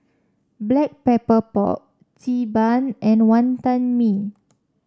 Black Pepper Pork Xi Ban and Wonton Mee